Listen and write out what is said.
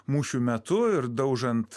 mūšių metu ir daužant